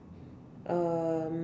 um